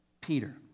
Peter